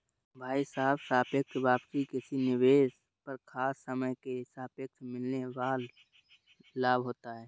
भाई साहब सापेक्ष वापसी किसी निवेश पर खास समय के सापेक्ष मिलने वाल लाभ होता है